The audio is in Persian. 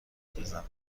بزنه